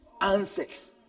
answers